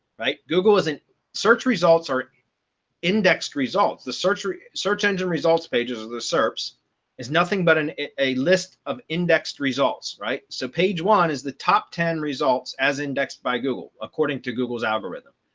right, google isn't search results are indexed results, the search search engine results pages of the serps is nothing but an a list of indexed results, right. so page one is the top ten results as indexed by google, according to google's algorithm.